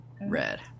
Red